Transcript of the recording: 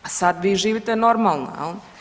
A sad vi živite normalno jel.